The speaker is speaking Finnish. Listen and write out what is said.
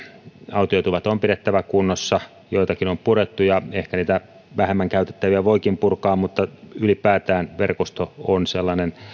autiotuvat on pidettävä kunnossa joitakin on purettu ja ehkä niitä vähemmän käytettäviä voikin purkaa mutta ylipäätään verkosto on sellainen